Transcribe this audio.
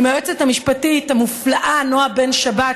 עם היועצת המשפטית המופלאה נעה בן-שבת,